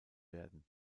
werden